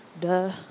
Duh